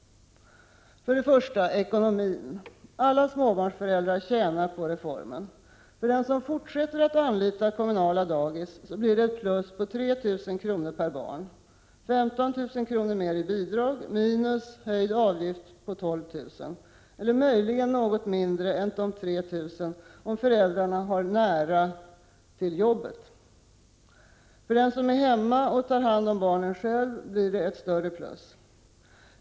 För det första — ekonomin. Alla småbarnsföräldrar tjänar på reformen. För den som fortsätter att anlita kommunalt dagis blir det ett plus på 3 000 kr. per barn —-15 000 kr. mer i bidrag minus höjd avgift på 12 000 kr. —, möjligen något mindre än 3 000 kr. om föräldrarna har nära till jobbet. För den som är hemma och tar hand om barnen själv blir det ett större plus.